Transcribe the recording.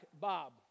Bob